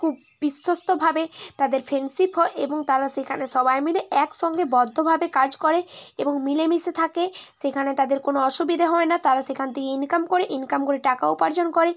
খুব বিশ্বস্তভাবে তাদের ফ্রেন্ডশিপ হয় এবং তারা সেখানে সবাই মিলে একসঙ্গে বদ্ধভাবে কাজ করে এবং মিলেমিশে থাকে সেখানে তাদের কোনো অসুবিধে হয় না তারা সেখান থেকে ইনকাম করে ইনকাম করে টাকা উপার্জন করে